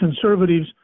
conservatives